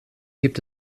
gibt